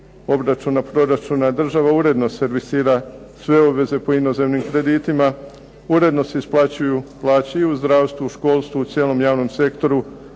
obračuna proračuna država uredno servisira sve obveze po inozemnim kreditima, uredno se isplaćuju plaće u zdravstvu, školstvu, u cijelom javnom sektoru,